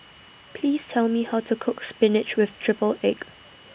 Please Tell Me How to Cook Spinach with Triple Egg